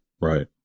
Right